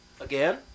Again